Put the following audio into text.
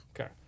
okay